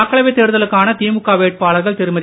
மக்களவை தேர்தலுக்கான திமுக வேட்பாளர்கள் திருமதி